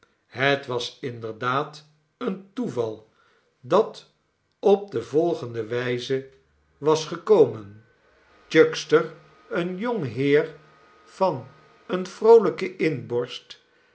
het was inderdaad een toeval dat op de volgende wijze was gekomen chuckster een jong heer van eene vroolijke inborst